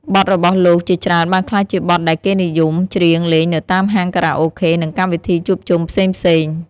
បទរបស់លោកជាច្រើនបានក្លាយជាបទដែលគេនិយមច្រៀងលេងនៅតាមហាងខារ៉ាអូខេនិងកម្មវិធីជួបជុំផ្សេងៗ។